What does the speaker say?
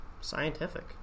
Scientific